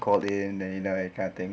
call in and like kind of thing